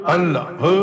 Allah